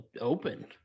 open